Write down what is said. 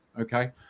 okay